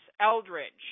Eldridge